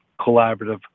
collaborative